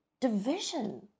division